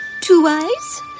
Two-Eyes